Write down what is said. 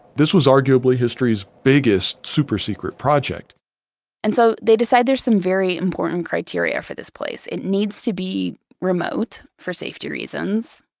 this was arguably history's biggest super-secret project and so they decide there's some very important criteria for this place. it needs to be remote, for safety reasons.